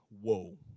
whoa